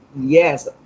Yes